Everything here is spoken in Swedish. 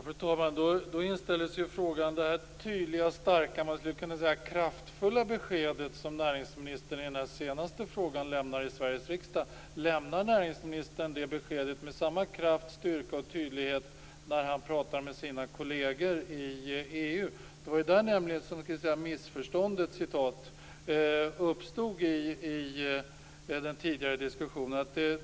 Fru talman! Lämnar näringsministern detta tydliga, starka och kraftfulla besked i Sveriges riksdag med samma kraft, styrka och tydlighet när han pratar med sina kolleger i EU? Det var där "missförståndet" uppstod i den tidigare diskussionen.